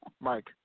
Mike